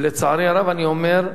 ולצערי הרב אני אומר,